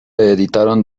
editaron